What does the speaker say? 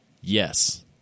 Yes